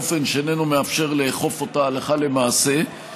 באופן שאיננו מאפשר לאכוף אותה הלכה למעשה,